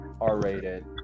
R-rated